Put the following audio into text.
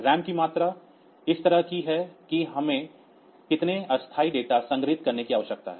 RAM की मात्रा इस तरह की है कि हमें कितने अस्थायी डेटा संग्रहीत करने की आवश्यकता है